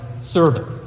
servant